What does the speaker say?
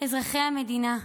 אזרחי המדינה.